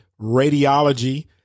radiology